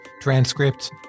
transcripts